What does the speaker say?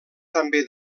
també